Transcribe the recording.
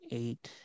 eight